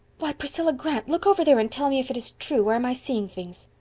why! priscilla grant, look over there and tell me if it's true, or am i seein' things?